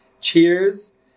cheers